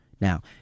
Now